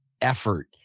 effort